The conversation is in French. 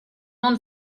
nom